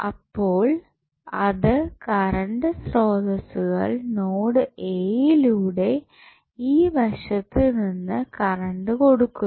അപ്പോൾ അത് കറണ്ട് സ്രോതസ്സുകൾ നോഡ് എ യി ലൂടെ ഈ വശത്തു നിന്ന് കറണ്ട് കൊടുക്കുന്നു